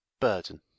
burden